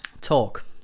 talk